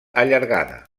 allargada